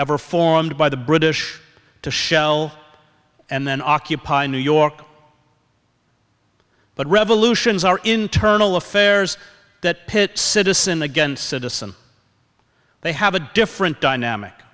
ever formed by the british to shell and then occupy new york but revolutions are internal affairs that pits citizen against citizen they have a different dynamic